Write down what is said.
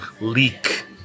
leak